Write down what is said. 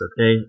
Okay